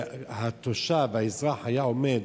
התושב, האזרח, היה עומד